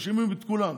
מאשימים את כולם,